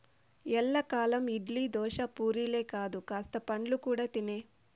ఎల్లకాలం ఇడ్లీ, దోశ, పూరీలే కాదు కాస్త పండ్లు కూడా తినే